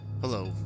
Hello